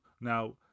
Now